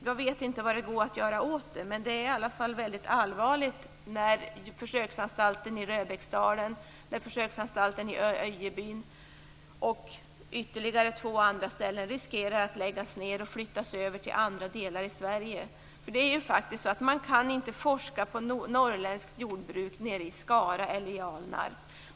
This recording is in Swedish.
Jag vet inte vad man kan göra åt det, men det är i alla fall väldigt allvarligt att försöksanstalterna i Röbäcksdalen och Öjebyn och ytterligare två ställen riskerar att läggas ned och flyttas till andra delar i Sverige. Det är ju faktiskt så att man inte kan forska på norrländskt jordbruk i Skara eller i Alnarp.